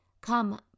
Come